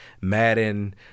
Madden